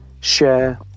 share